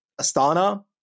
Astana